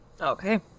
Okay